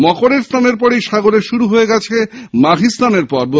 মকরের স্নানের পরই সাগরে শুরু হয়ে গেছে মাঘী স্নানের পর্ব